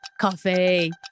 coffee